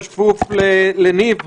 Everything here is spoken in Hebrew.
אבל יועמ"ש איו"ש כפוף לניב בהנחיה.